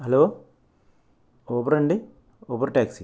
hello Uber అండి Uber taxi